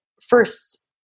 first